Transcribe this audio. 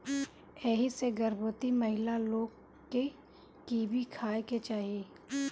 एही से गर्भवती महिला लोग के कीवी खाए के चाही